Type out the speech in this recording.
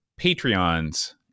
Patreons